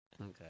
Okay